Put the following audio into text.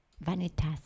Vanitas